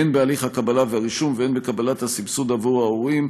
הן בהליך הקבלה והרישום והן בקבלת הסבסוד עבור ההורים,